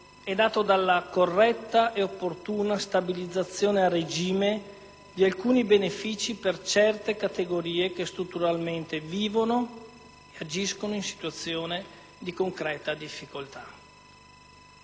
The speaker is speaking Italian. è dato dalla corretta e opportuna stabilizzazione a regime di alcuni benefici per certe categorie che strutturalmente vivono e agiscono in situazione di concreta difficoltà.